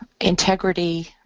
Integrity